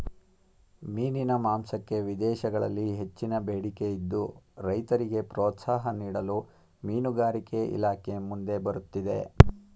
ಮೀನಿನ ಮಾಂಸಕ್ಕೆ ವಿದೇಶಗಳಲ್ಲಿ ಹೆಚ್ಚಿನ ಬೇಡಿಕೆ ಇದ್ದು, ರೈತರಿಗೆ ಪ್ರೋತ್ಸಾಹ ನೀಡಲು ಮೀನುಗಾರಿಕೆ ಇಲಾಖೆ ಮುಂದೆ ಬರುತ್ತಿದೆ